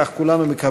כך כולנו מקווים,